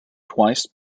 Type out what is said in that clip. twice